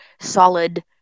solid